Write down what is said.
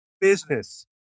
business